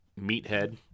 meathead